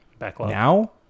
now